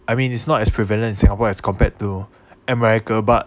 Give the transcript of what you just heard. I mean it's not as prevalent in singapore as compared to america but